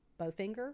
Bowfinger